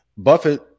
Buffett